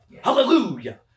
Hallelujah